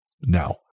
now